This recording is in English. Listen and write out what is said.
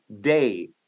day